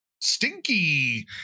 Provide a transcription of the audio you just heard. stinky